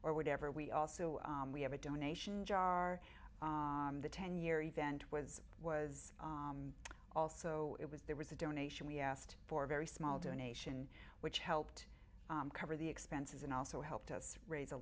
or whatever we also we have a donation jar the ten year event was was also it was there was a donation we asked for a very small donation which helped cover the expenses and also helped us raise a